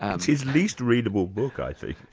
it's his least readable book, i think.